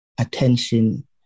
attention